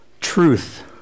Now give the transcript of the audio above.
Truth